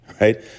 right